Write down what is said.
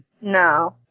No